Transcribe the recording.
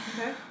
Okay